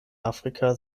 afrika